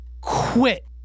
quit